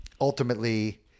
ultimately